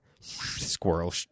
Squirrel